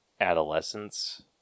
adolescence